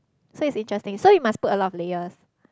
so it's interesting so you must put a lot of layers